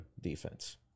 defense